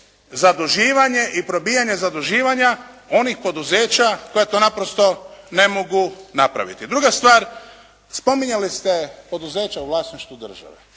zaduživanje i probijanje zaduživanja onih poduzeća koja to naprosto ne mogu napraviti. Druga stvar, spominjali ste poduzeća u vlasništvu države.